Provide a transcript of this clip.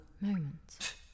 moment